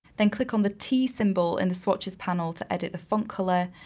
then click on the t symbol in the swatches panel to edit the font color.